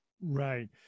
Right